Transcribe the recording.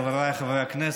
חבריי חברי הכנסת,